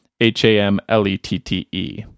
H-A-M-L-E-T-T-E